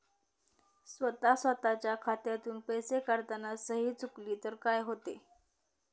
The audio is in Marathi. स्वतः स्वतःच्या खात्यातून पैसे काढताना सही चुकली तर काय होते?